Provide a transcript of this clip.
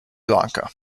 lanka